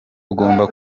ugomba